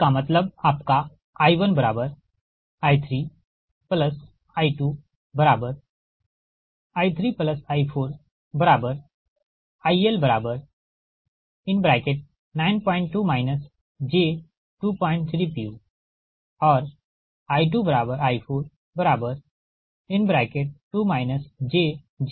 इसका मतलब आपका I1I3I2I3I4IL92 j23pu और I2I42 j050pu